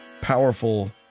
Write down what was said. powerful